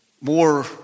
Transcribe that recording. more